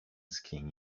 skiing